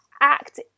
act